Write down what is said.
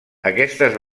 aquestes